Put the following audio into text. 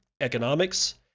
economics